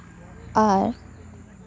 ᱟᱨ